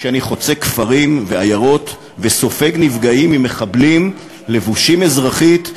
כשאני חוצה כפרים ועיירות וסופג נפגעים ממחבלים לבושים אזרחית,